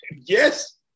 Yes